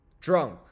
drunk